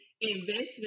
investment